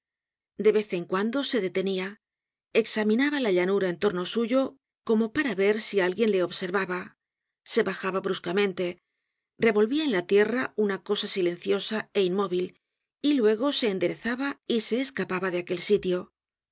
de vez en cuando se detenia examinaba la llanura en torno suyo como para ver si alguien le observaba se bajaba bruscamente revolvia en la tierra una cosa silenciosa é inmóvil y luego se enderezaba y se escapaba de aquel sitio